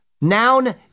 Noun